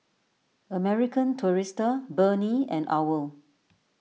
American Tourister Burnie and Owl